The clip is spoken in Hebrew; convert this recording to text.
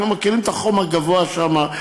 אנחנו מכירים את החום הגבוה שם,